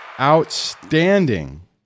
Outstanding